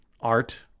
Art